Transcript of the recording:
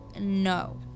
No